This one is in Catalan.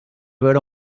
veure